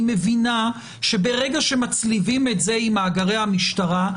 היא מבינה שברגע שמצליבים את זה עם מאגרי המשטרה,